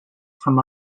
from